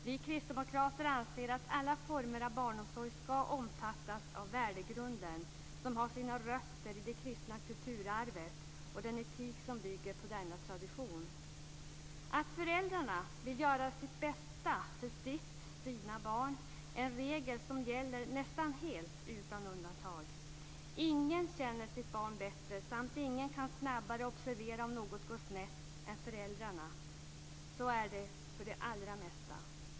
Vi kristdemokrater anser att alla former av barnomsorg ska omfattas av värdegrunden, som har sina rötter i det kristna kulturaarvet och den etik som bygger på denna tradition. Att föräldrarna vill göra sitt bästa för sitt eller sina barn är en regel som gäller nästan helt utan undantag. Inga känner barnen bättre och kan snabbare observera om något går snett än föräldrarna. Så är det för det allra mesta.